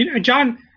John